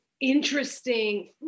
interesting